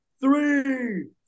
three